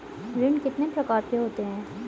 ऋण कितने प्रकार के होते हैं?